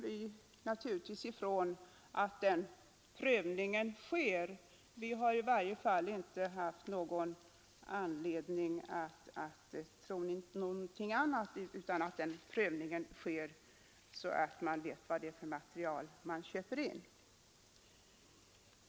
Vi utgår från att den prövningen görs så att man vet vad det är för materiel man köper in; vi har i varje fall inte haft anledning att tro någonting annat.